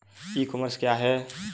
ई commerce क्या है?